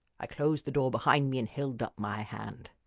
i closed the door behind me and held up my hand.